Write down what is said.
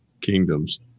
kingdoms